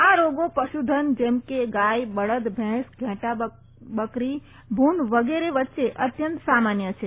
આ રોગો પશુધન જેમ કે ગાય બળદ ભેંસ ઘેંટા બકરી ભુંડ વગેરે વચ્ચે અત્યંત સામાન્ય છે